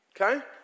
okay